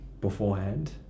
beforehand